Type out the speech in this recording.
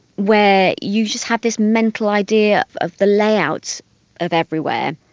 where you just have this mental idea of the layouts of everywhere,